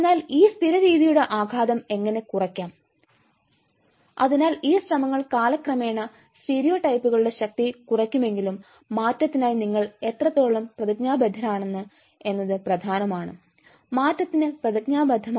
എന്നാൽ ഈ സ്ഥിരരീതിയുടെ ആഘാതം എങ്ങനെ കുറയ്ക്കാം അതിനാൽ ഈ ശ്രമങ്ങൾ കാലക്രമേണ സ്റ്റീരിയോടൈപ്പുകളുടെ ശക്തി കുറയ്ക്കുമെങ്കിലും മാറ്റത്തിനായി നിങ്ങൾ എത്രത്തോളം പ്രതിജ്ഞാബദ്ധരാണെന്ന് എന്നത് പ്രധാനമാണ് മാറ്റത്തിന് പ്രതിജ്ഞാബദ്ധമാണ്